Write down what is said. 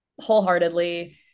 wholeheartedly